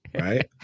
right